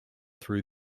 through